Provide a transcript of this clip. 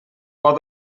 por